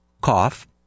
cough